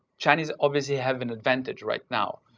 chinese obviously have an advantage right now,